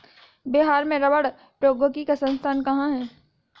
बिहार में रबड़ प्रौद्योगिकी का संस्थान कहाँ है?